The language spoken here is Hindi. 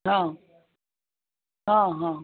हाँ हाँ हाँ